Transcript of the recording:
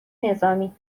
نظامی